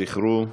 זכרו,